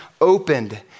opened